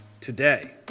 Today